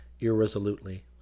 irresolutely